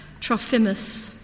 Trophimus